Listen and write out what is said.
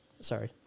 Sorry